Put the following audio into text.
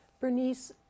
Bernice